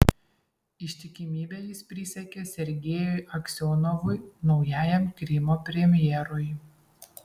ištikimybę jis prisiekė sergejui aksionovui naujajam krymo premjerui